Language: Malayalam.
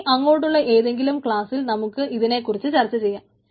ഇനി അങ്ങോട്ടുള്ള ഏതെങ്കിലും ക്ലാസ്സിൽ നമുക്ക് ഇതിനെ കുറിച്ച് ചർച്ച ചെയ്യാം